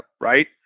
right